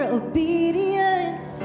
obedience